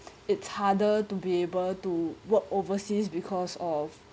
it's harder to be able to work overseas because of